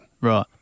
Right